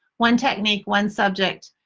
one technique, one subject,